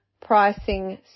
pricing